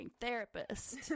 therapist